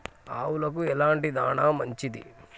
ఆవులకు ఎలాంటి దాణా మంచిది?